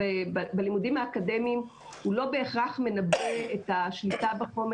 בלימודים האקדמיים הוא לא בהכרח מנבא את השליטה בחומר,